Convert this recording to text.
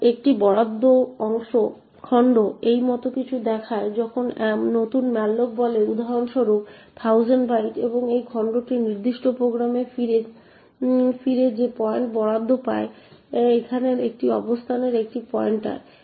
তাই একটি বরাদ্দ খণ্ড এই মত কিছু দেখায় যখন নতুন malloc বলে উদাহরণস্বরূপ 1000 বাইট এবং এই খণ্ডটি নির্দিষ্ট প্রোগ্রামে ফিরে যে পয়েন্ট বরাদ্দ পায় এখানে এটি অবস্থানের একটি পয়েন্টার